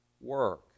work